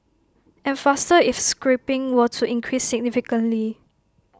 and faster if scrapping were to increase significantly